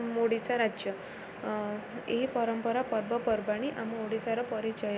ଓଡ଼ିଶା ରାଜ୍ୟ ଏହି ପରମ୍ପରା ପର୍ବପର୍ବାଣୀ ଆମ ଓଡ଼ିଶାର ପରିଚୟ